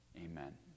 Amen